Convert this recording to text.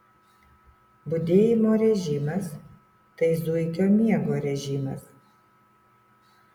budėjimo režimas tai zuikio miego režimas